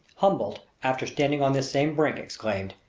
humboldt, after standing on this same brink, exclaimed,